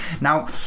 now